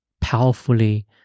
powerfully